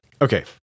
Okay